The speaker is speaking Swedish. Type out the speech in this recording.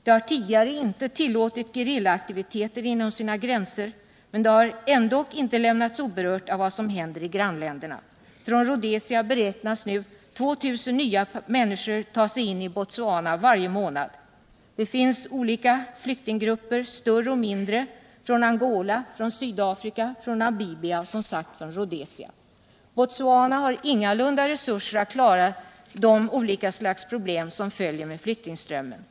Botswana har inte tidigare tillåtit gerillaaktiviteter inom sina gränser, men det har ändock inte lämnats oberört av vad som händer i grannländerna. Från Rhodesia beräknas nu 2000 människor ta sig in i Botswana varje månad. Där finns olika Alyktinggrupper — större och mindre — från Angola, Sydafrika, Namibia och, som sagt, från Rhodesia. Botswana har ingalunda resurser att klara de olika slags problem som följer med flyktingströmmen.